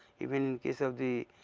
even in case of the,